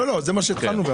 זה מה שאמרנו.